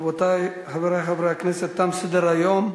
רבותי, חברי חברי הכנסת, תם סדר-היום.